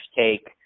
take